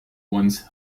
once